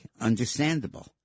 understandable